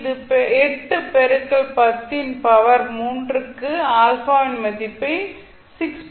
இது 8 பெருக்கல் 10 ன் பவர் 3 க்கு α இன் மதிப்பை 6